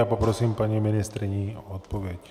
Poprosím paní ministryni o odpověď.